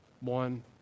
one